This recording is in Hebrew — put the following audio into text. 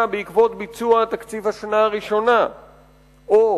בעקבות ביצוע תקציב השנה הראשונה או